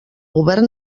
govern